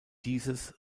dieses